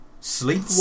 sleep